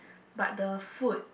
but the food